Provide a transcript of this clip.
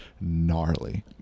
gnarly